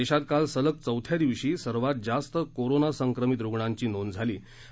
देशात काल सलग चौथ्या दिवशी सर्वात जास्त कोरोना संक्रमित रुग्णांची संख्या नोंदवली गेली